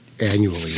annually